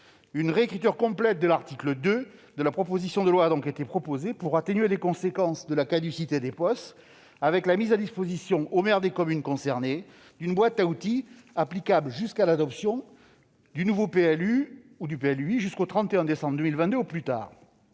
Une réécriture complète de l'article 2 de la proposition de loi a donc été proposée, de manière à atténuer les conséquences de la caducité des POS par la mise à la disposition des maires des communes concernées d'une boîte à outils applicable jusqu'à l'adoption du nouveau PLU ou PLUi, et jusqu'au 31 décembre 2022 au plus tard.